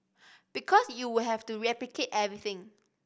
because you would have to replicate everything